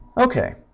okay